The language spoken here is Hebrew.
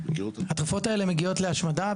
התרופות האלה מגיעות להשמדה,